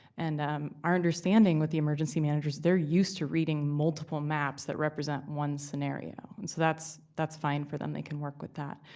and um our understanding with the emergency managers, they're used to reading multiple maps that represent one scenario. and so that's that's fine for them. they can work with that.